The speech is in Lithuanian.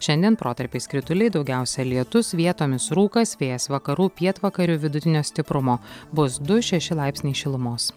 šiandien protarpiais krituliai daugiausia lietus vietomis rūkas vėjas vakarų pietvakarių vidutinio stiprumo bus du šeši laipsniai šilumos